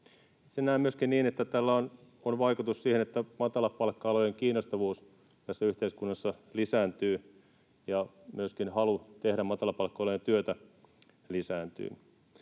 Itse näen myöskin niin, että tällä on vaikutus siihen, että matalapalkka-alojen kiinnostavuus tässä yhteiskunnassa lisääntyy ja myöskin halu tehdä matalapalkka-alojen työtä lisääntyy,